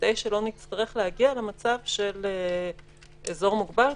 כדי שלא נצטרך להגיע למצב של אזור מוגבל.